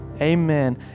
amen